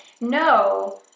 no